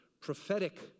prophetic